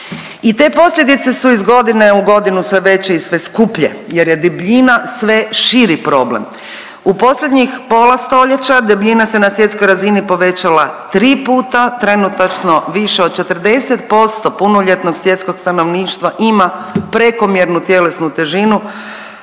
i te posljedice su iz godine u godinu sve veće i sve skuplje jer je debljina sve širi problem. U posljednjih pola stoljeća debljina se na svjetskoj razini povećala tri puta, trenutačno više od 40% punoljetnog svjetskog stanovništva ima prekomjernu tjelesnu težinu,